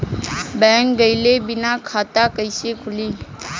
Bank गइले बिना खाता कईसे खुली?